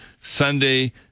Sunday